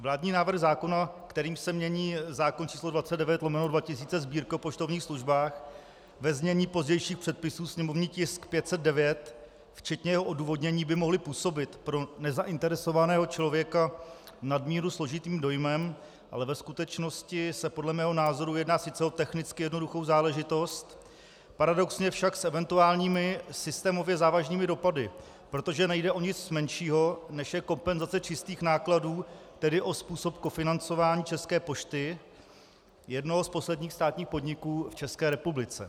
Vládní návrh zákona, kterým se mění zákon č. 29/2000 Sb., o poštovních službách, ve znění pozdějších předpisů, sněmovní tisk 509, včetně jeho odůvodnění by mohly působit pro nezainteresovaného člověka nadmíru složitým dojmem, ale ve skutečnosti se podle mého názoru jedná sice o technicky jednoduchou záležitost, paradoxně však s eventuálními systémově závažnými dopady, protože nejde o nic menšího, než je kompenzace čistých nákladů, tedy o způsob kofinancování České pošty, jednoho z posledních státních podniků v České republice.